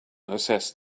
assessed